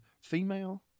female